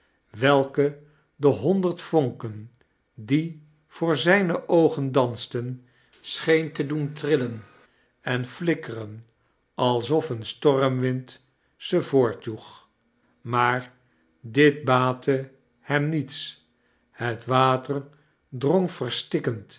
welke de honderd vonken die voor zijne oogen dansten scheen te doen trillen en flikkeren alsof een stormwind ze voortjoeg maar dit baatte hem niets het water drong